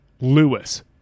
Lewis